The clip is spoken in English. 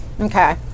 Okay